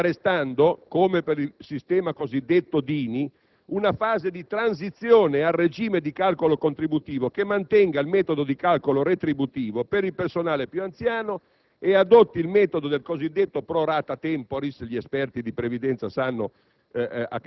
Ferma restando - come per il cosiddetto sistema Dini - una fase di transizione al regime di calcolo contributivo che mantenga il metodo di calcolo retributivo per il personale più anziano e adotti il metodo del cosiddetto *pro rata temporis* (gli esperti di previdenza sanno